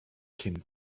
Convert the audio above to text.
cyn